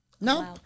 no